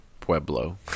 Pueblo